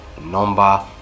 number